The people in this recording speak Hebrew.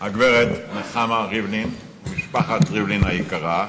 הגברת נחמה ריבלין, משפחת ריבלין היקרה,